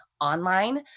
online